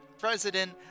president